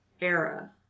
Era